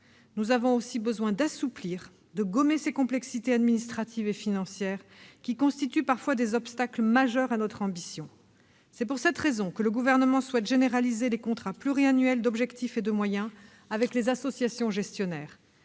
Nous avons aussi besoin d'assouplir, de gommer ces complexités administratives et financières qui constituent parfois des obstacles majeurs à notre ambition. C'est la raison pour laquelle le Gouvernement souhaite généraliser les contrats pluriannuels d'objectifs et de moyens avec les associations gestionnaires.